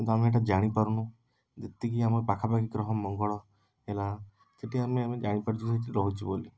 କିନ୍ତୁ ଆମେ ଏଇଟା ଜାଣିପାରୁନୁ ଯେତିକି ଆମ ପାଖାପାଖି ଗ୍ରହ ମଙ୍ଗଳ ହେଲା ସେଇଠି ଆମେ ଜାଣିପାରୁଛୁ ସେଇଠି ରହୁଛୁ ବୋଲି